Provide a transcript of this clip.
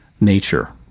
nature